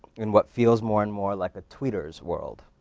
and what feels more and more like a tweeter's world.